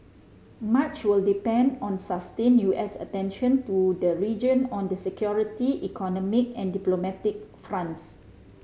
much will depend on sustained U S attention to the region on the security economic and diplomatic fronts